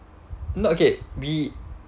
not okay we